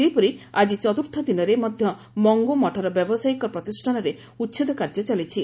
ସେହିପରି ଆକି ଚତୁର୍ଥ ଦିନରେ ମଧ୍ଧ ମଙ୍ଙୁ ମଠର ବ୍ୟବସାୟିକ ପ୍ରତିଷାନରେ ଉଛେଦ କାର୍ଯ୍ୟ ଚାଲିଛି